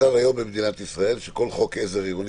המצב היום במדינת ישראל שכל חוק עזר עירוני,